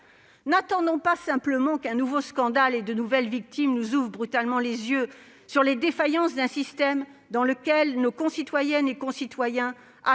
n'attendons pas simplement qu'un nouveau scandale et de nouvelles victimes nous ouvrent brutalement les yeux sur des défaillances d'un système dans lequel nos concitoyennes et concitoyens,